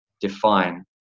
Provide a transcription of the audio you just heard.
define